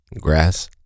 Grass